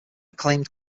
acclaimed